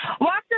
Walker